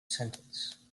sentence